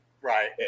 right